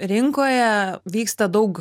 rinkoje vyksta daug